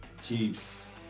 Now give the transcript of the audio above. Chiefs